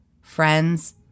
friends